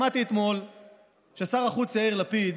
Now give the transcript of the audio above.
שמעתי אתמול ששר החוץ יאיר לפיד